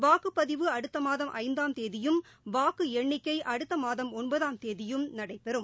வாக்குப்பதிவு அடுத்தமாதம் ஐந்தாம் தேதியும் வாக்குஎண்ணிக்கைஅடுத்தமாதம் ஒன்பதாம் தேதியும் நடைபெறும்